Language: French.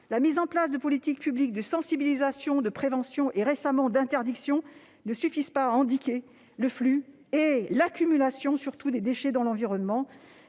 la mise en place de politiques publiques de sensibilisation, de prévention et, récemment, d'interdiction ne suffit pas à endiguer le flux et, surtout, l'accumulation de déchets dans l'environnement.